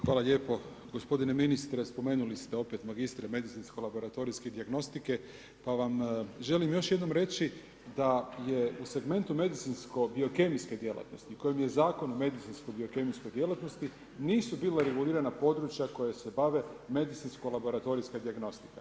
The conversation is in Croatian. Hvala lijepo gospodine ministre spomenuli ste opet magistre medicinsko laboratorijske dijagnostike, pa vam želim još jednom reći da je segment medicinsko biokemijske djelatnosti, kojim je Zakon o medicinsko biokemijske djelatnosti, nisu bila regulirana područja, koja se bave medicinsko laboratorijske dijagnostike.